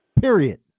Period